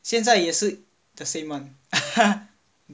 现在也是 the same [one]